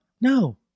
No